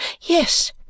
yes